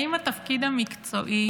האם התפקיד המקצועי